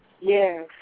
Yes